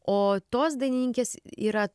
o tos dainininkės yra